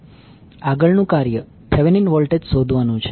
આગળનું કાર્ય Thevenin voltage શોધવાનું છે